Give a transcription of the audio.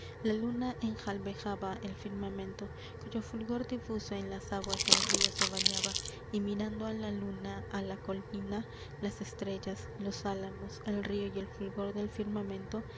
la luna enjalbegaba el firmamento cuyo fulgor difuso en las aguas del río se bañaba y mirando a la luna a la colina las estrellas los álamos el río y el fulgor del firmamento